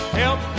help